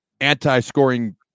anti-scoring